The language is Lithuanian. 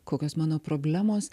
kokios mano problemos